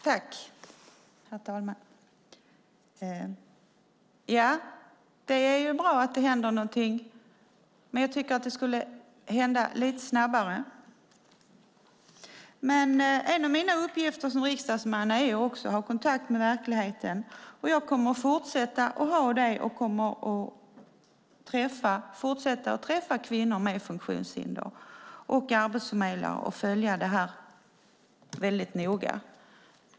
Herr talman! Det är bra att det händer någonting, men jag tycker att det skulle hända lite snabbare. En av mina uppgifter som riksdagsman är också att ha kontakt med verkligheten. Jag kommer att fortsätta att ha det. Jag kommer att fortsätta att träffa kvinnor med funktionshinder och arbetsförmedlare och följa det här väldigt noga.